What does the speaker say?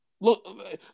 Look